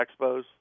expos